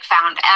found